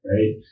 right